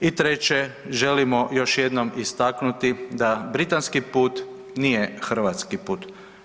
I treće, želimo još jednom istaknuti da britanski put nije hrvatski put.